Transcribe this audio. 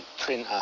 printer